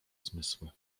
zmysły